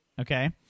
Okay